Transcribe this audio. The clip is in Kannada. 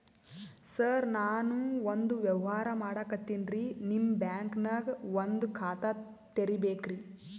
ಸರ ನಾನು ಒಂದು ವ್ಯವಹಾರ ಮಾಡಕತಿನ್ರಿ, ನಿಮ್ ಬ್ಯಾಂಕನಗ ಒಂದು ಖಾತ ತೆರಿಬೇಕ್ರಿ?